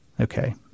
Okay